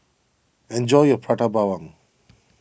enjoy your Prata Bawang